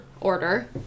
order